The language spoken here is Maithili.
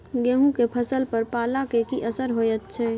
गेहूं के फसल पर पाला के की असर होयत छै?